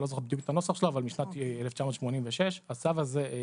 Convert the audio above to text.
אני לא זוכר בדיוק את הנוסח שלו אבל משנת 1986. הצו הזה נקבע